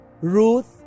Ruth